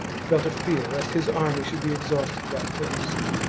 felt a fear lest his army should be exhausted by thirst.